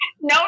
no